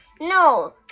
No